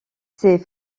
ces